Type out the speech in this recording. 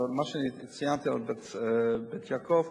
מה שאני ציינתי על "בית יעקב",